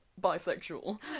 bisexual